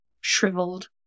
shriveled